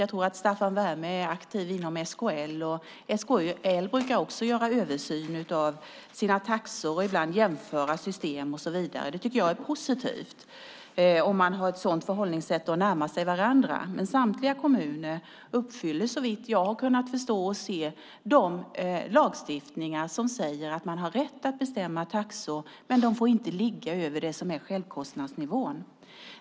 Jag tror att Staffan Werme är aktiv inom SKL, och SKL brukar göra en översyn av sina taxor, jämföra system och så vidare. Jag tycker att det är positivt om man har ett sådant förhållningssätt och närmar sig varandra. Samtliga kommuner uppfyller, såvitt jag har kunnat förstå och se, den lagstiftning som säger att de har rätt att bestämma taxor, men de får inte ligga över det som är självkostnadsnivån.